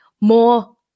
more